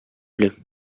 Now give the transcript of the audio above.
plait